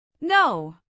No